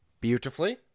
beautifully